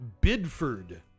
Bidford